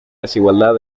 desigualdad